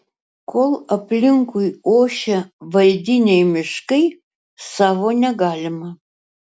kol aplinkui ošia valdiniai miškai savo negalima